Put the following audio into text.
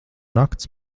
nakts